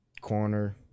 corner